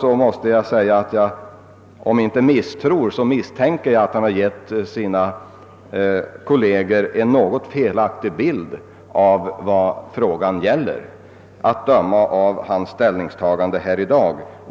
Även om jag inte misstror honom misstänker jag att han, att döma av sitt ställningstagande i dag, givit sina kolleger en något felaktig bild av vad frågan gäller.